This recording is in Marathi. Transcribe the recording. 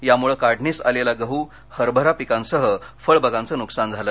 त्यामुळे काढणीस आलेल्या गव्हू हरभरा पिकांसह फळबागांचे नुकसान झाले